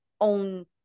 own